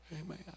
Amen